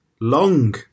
long